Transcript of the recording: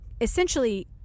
Essentially